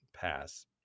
pass